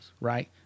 Right